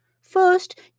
First